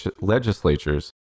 legislatures